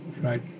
right